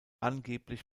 angeblich